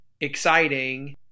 Exciting